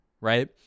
right